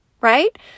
right